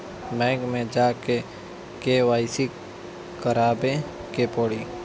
Bank मे जा के के.वाइ.सी करबाबे के पड़ी?